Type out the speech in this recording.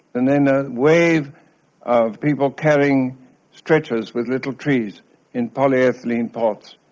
and then a wave of people carrying stretchers with little trees in polyethylene pots,